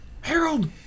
Harold